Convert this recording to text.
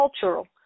cultural